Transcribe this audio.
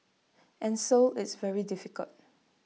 and so it's very difficult